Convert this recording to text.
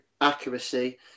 accuracy